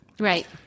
Right